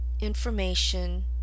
information